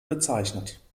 bezeichnet